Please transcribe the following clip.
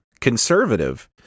conservative